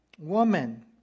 Woman